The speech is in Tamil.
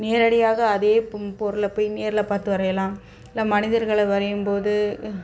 நேரடியாக அதே போம் பொருளை போய் நேரில் பார்த்து வரையலாம் இல்லை மனிதர்களை வரையும்போது